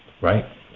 Right